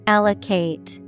Allocate